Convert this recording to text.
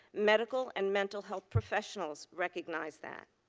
medical and mental health professionals recognize that.